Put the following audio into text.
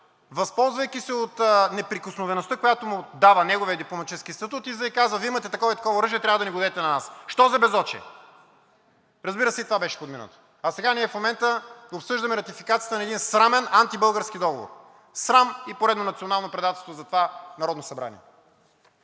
възползвайки се от неприкосновеността, която му дава неговият дипломатически статут, излиза и казва: Вие имате такова и такова оръжие, трябва да ни го дадете на нас! Що за безочие?! Разбира се, и това беше подминато. А в момента обсъждаме ратификацията на един срамен антибългарски договор! Срам и поредно национално предателство за това Народно събрание!